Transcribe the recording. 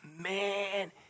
man